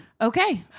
okay